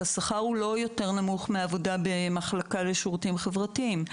השכר לא יותר נמוך מהעבודה במחלקה לשירותים חברתיים.